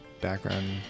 background